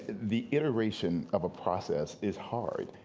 the iteration of a process is hard.